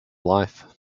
life